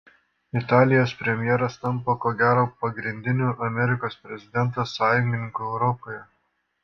italijos premjeras tampa ko gero pagrindiniu amerikos prezidento sąjungininku europoje